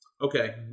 Okay